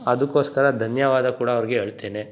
ಅದಕ್ಕೋಸ್ಕರ ಧನ್ಯವಾದ ಕೂಡ ಅವ್ರಿಗೆ ಹೇಳ್ತೇನೆ